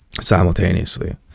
simultaneously